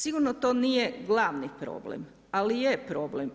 Sigurno to nije glavni problem ali je problem.